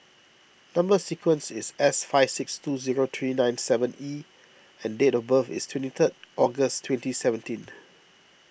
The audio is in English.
Number Sequence is S five six two zero three nine seven E and date of birth is twenty third August twenty seventeen